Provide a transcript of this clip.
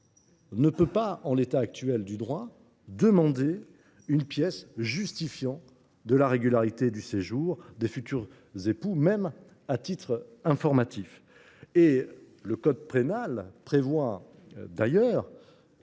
ne peut, en l’état actuel du droit, demander une pièce justifiant de la régularité du séjour des futurs époux, même à titre informatif. Le code pénal prévoit d’ailleurs